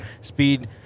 Speed